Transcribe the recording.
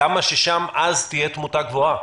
למה ששם אז תהיה תמותה גבוהה?